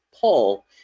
pull